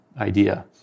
idea